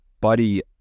buddy